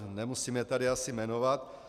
Nemusím je tady asi jmenovat.